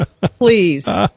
please